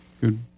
Good